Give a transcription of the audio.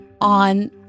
on